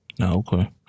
Okay